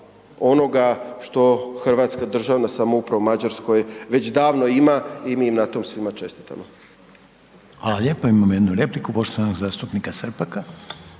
onoga što Hrvatska državna samouprava u Mađarskoj već davno ima i mi im na tom svima čestitamo. **Reiner, Željko (HDZ)** Hvala lijepa. Imamo jednu repliku poštovanog zastupnika Srpaka.